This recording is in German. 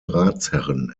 ratsherren